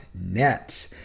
net